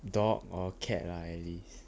dog or cat lah at least